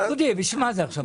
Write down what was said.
דודי, בשביל מה זה עכשיו?